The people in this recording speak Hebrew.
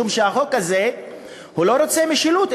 משום שהחוק הזה לא רוצה משילות,